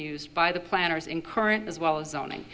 used by the planners in current as well as zoning